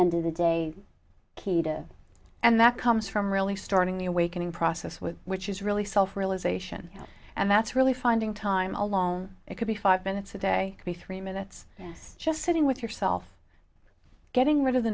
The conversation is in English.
end of the day kida and that comes from really starting the awakening process with which is really self realisation and that's really finding time alone it could be five minutes a day be three minutes yes just sitting with yourself getting rid of the